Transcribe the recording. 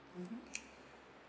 mmhmm